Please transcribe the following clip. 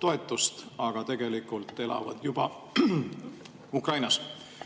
toetust, aga tegelikult elavad juba Ukrainas.